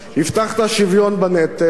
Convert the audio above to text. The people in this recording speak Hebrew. הבטחת שוויון בנטל,